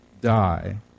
die